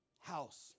house